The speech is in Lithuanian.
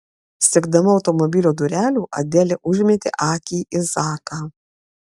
siekdama automobilio durelių adelė užmetė akį į zaką